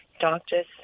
doctors